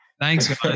thanks